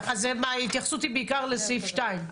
ההתייחסות היא בעיקר לסעיף (2).